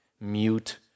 mute